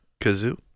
Kazoo